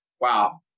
wow